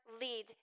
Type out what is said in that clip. lead